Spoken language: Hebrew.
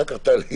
אחר כך סמס,